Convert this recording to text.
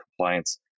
compliance